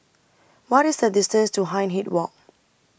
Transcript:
What IS The distance to Hindhede Walk